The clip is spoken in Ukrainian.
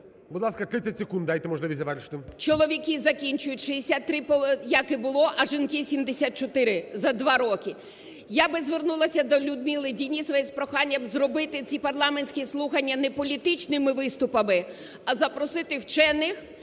Будь ласка, 30 секунд, дайте можливість завершити. КУЖЕЛЬ О.В. Чоловіки закінчують 63, як і було, а жінки 74, за два роки. Я би звернулась до Людмили Денісової з проханням зробити ці парламентські слухання не політичними виступами, а запросити вчених,